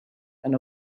and